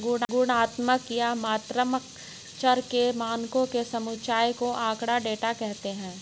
गुणात्मक या मात्रात्मक चर के मानों के समुच्चय को आँकड़ा, डेटा कहते हैं